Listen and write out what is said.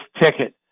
ticket